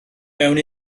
mewn